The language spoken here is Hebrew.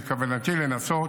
וכוונתי לנסות